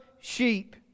sheep